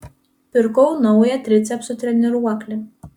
pirkau naują tricepsų treniruoklį